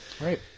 Right